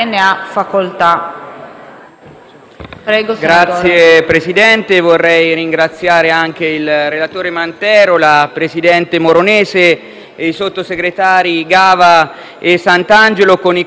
Signor Presidente, vorrei ringraziare il relatore Mantero, il presidente Moronese e i sottosegretari Gava e Santangelo, con i quali abbiamo condiviso